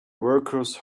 workers